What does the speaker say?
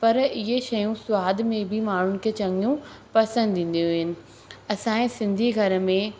पर इहे शयूं सवाद में बि माण्हुनि खे चङियूं पसंदि ईंदियूं आहिनि असांजे सिंधी घर में